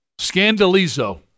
Scandalizo